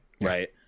Right